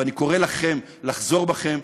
ואני קורא לכם לחזור בכם,